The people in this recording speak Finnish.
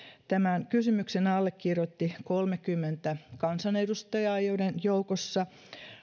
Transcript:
tämän kysymyksen allekirjoitti kolmekymmentä kansanedustajaa joiden joukossa